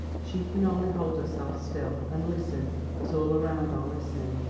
she can only hold herself still and listen as all around are listening.